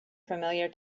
familiar